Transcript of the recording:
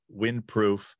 windproof